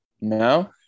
No